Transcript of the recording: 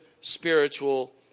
spiritual